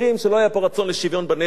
שלא היה פה רצון לשוויון בנטל,